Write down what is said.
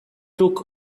took